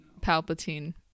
Palpatine